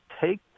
take